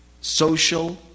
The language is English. social